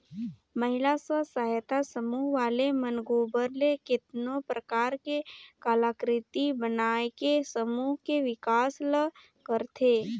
महिला स्व सहायता समूह वाले मन गोबर ले केतनो परकार के कलाकृति बनायके समूह के बिकास ल करथे